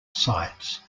sights